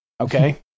okay